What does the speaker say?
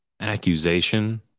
accusation